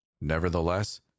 Nevertheless